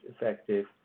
effective